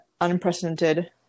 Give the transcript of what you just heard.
unprecedented